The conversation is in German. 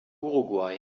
uruguay